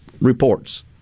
reports